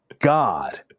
God